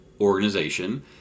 organization